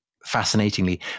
fascinatingly